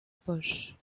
poche